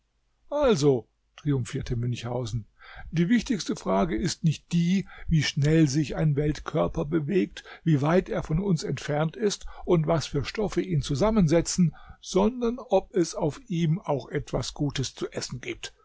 also triumphierte münchhausen die wichtigste frage ist nicht die wie schnell sich ein weltkörper bewegt wie weit er von uns entfernt ist und was für stoffe ihn zusammensetzen sondern ob es auf ihm auch etwas gutes zu essen gibt